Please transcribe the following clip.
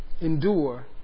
endure